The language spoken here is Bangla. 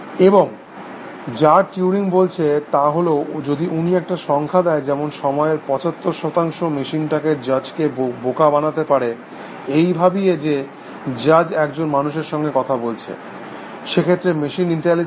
এবং যার টিউরিং বলছে তা হল যদি উনি একটা সংখ্যা দেয় যেমন সময়ের পঁচাত্তর শতাংশ মেশিনটা জজকে বোকা বানাতে পারে এই ভাবিয়ে যে জজ একজন মানুষের সঙ্গে কথা বলছে সেক্ষেত্রে মেশিন ইন্টেলিজেন্ট